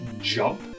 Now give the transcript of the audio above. jump